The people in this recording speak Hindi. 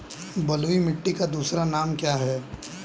बलुई मिट्टी का दूसरा नाम क्या है?